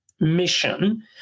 mission